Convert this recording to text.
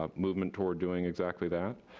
ah movement toward doing exactly that,